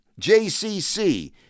JCC